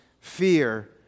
fear